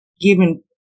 given